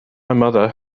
grandmother